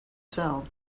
sell